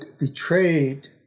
betrayed